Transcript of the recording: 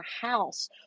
house